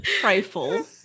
trifle